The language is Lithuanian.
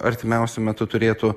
artimiausiu metu turėtų